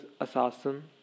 assassin